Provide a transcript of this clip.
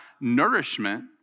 nourishment